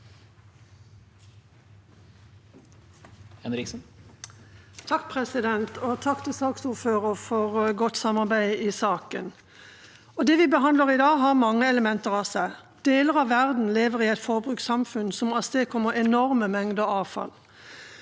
(A) Takk til saksordføre- ren for godt samarbeid i saken. Det vi behandler i dag, har mange elementer ved seg. I deler av verden lever man i et forbrukssamfunn som avstedkommer enorme mengder avfall.